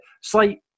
Slight